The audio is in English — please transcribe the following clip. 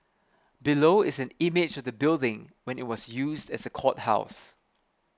below is an image of the building when it was used as a courthouse